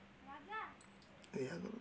ଏହା କର